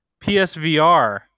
PSVR